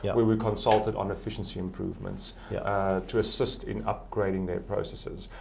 yeah we we consulted on efficiency improvements yeah to assist in upgrading their processes.